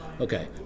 Okay